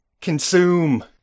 Consume